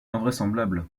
invraisemblable